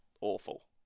awful